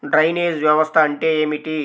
Drainage వ్యవస్థ అంటే ఏమిటి?